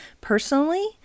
Personally